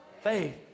Faith